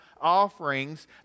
offerings